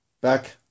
Back